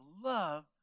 love